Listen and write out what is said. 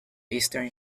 eastern